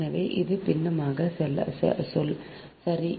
எனவே இது பின்னமான சொல் சரி